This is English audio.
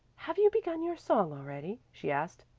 have you begun your song already? she asked.